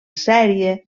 sèrie